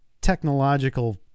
technological